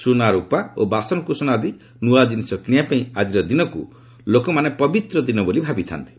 ସୁନା ରୁପା ଓ ବାସନକୁସନ ଆଦି ନୂଆ ଜିନିଷ କିଣିବା ପାଇଁ ଆଜିର ଦିନକୁ ଲୋକମାନେ ପବିତ୍ର ଦିନ ବୋଲି ଭାବିଥାନ୍ତି